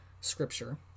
Scripture